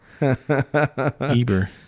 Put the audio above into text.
Eber